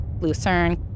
Lucerne